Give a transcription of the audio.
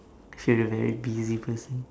if you're a very busy person